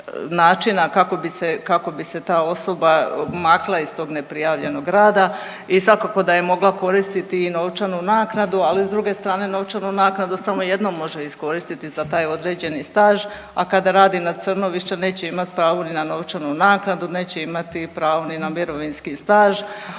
načina kako bi se ta osoba makla iz tog neprijavljenog rada i svakako da je mogla koristiti i novčanu naknadu, ali s druge strane novčanu naknadu samo jednom može iskoristiti za taj određeni staž, a kad radi na crno više neće imat pravo ni na novčanu naknadu, neće imati pravo ni na mirovinski staž.